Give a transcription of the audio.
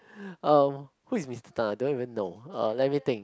um who is Mister Tan ah I don't even know uh let me think